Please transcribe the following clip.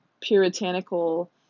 puritanical